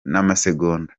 n’amasegonda